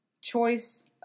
choice